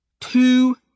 two